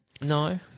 No